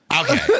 okay